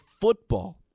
football